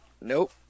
Nope